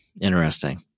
Interesting